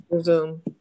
Zoom